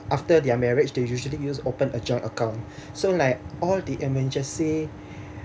after their marriage they usually just open a joint account so like all the emergency